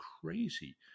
crazy